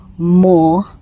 more